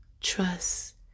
Trust